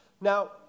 Now